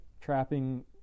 trapping